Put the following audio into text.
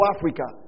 Africa